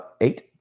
eight